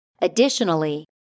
Additionally